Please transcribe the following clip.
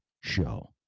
show